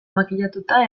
makillatuta